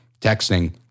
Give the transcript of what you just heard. texting